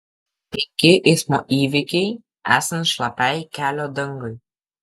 penki eismo įvykiai esant šlapiai kelio dangai